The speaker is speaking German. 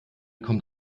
kommt